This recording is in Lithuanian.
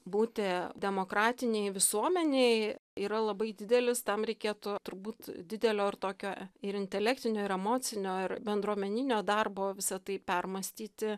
būti demokratinėj visuomenėj yra labai didelis tam reikėtų turbūt didelio ir tokio ir intelektinio ir emocinio ir bendruomeninio darbo visa tai permąstyti